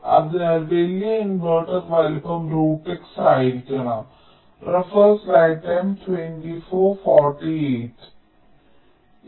അതിനാൽ വലിയ ഇൻവെർട്ടർ വലുപ്പം X ആയിരിക്കണം